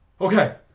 okay